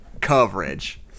coverage